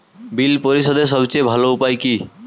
বিল পরিশোধের সবচেয়ে ভালো উপায় কী?